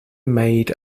made